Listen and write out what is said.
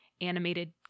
animated